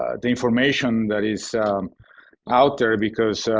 ah the information that is out there because